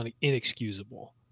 inexcusable